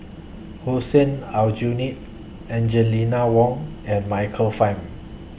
Hussein Aljunied Angel Lina Wang and Michael Fam